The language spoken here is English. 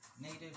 native